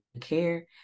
care